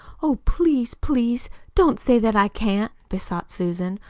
oh, please, please don't say that i can't, besought susan,